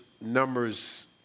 numbers